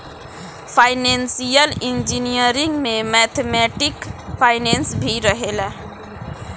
financial engineering में mathematical finance भी रहेला